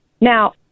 Now